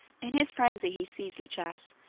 in his frenzy he seized lichas,